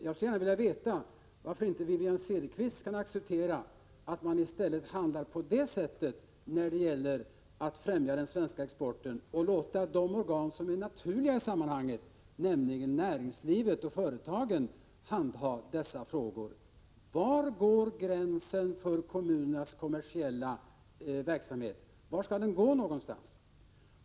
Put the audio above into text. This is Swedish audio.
Jag skulle gärna vilja veta varför inte Wivi-Anne Cederqvist kan acceptera att man i stället gör så som är naturligt när det gäller att främja den svenska exporten, att man låter näringslivet och företagen handha dessa frågor. Var skall gränsen för kommunernas kommersiella verksamhet gå någonstans?